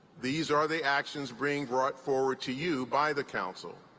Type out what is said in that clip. these are the actions being brought forward to you by the council.